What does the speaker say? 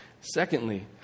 Secondly